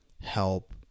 help